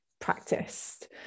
practiced